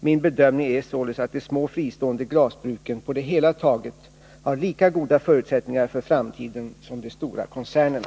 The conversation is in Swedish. Min bedömning är således att de små fristående glasbruken på det hela taget har lika goda förutsättningar för framtiden som de stora koncernerna.